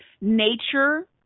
nature